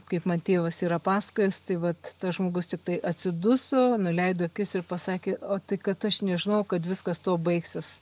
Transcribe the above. kaip man tėvas yra pasakojęs tai vat tas žmogus tiktai atsiduso nuleido akis ir pasakė o tai kad aš nežinojau kad viskas tuo baigsis